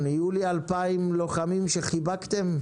יהיו לי 2,000 לוחמים שחיבקתם?